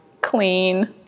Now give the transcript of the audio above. Clean